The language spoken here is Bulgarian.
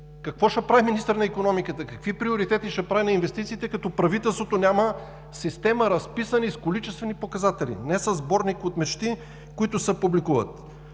Какво ще прави министърът на икономиката, какви приоритети ще прави на инвестициите, като правителството няма система разписани и с количествени показатели, не със сборник от мечти, които се публикуват?